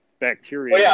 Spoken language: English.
bacteria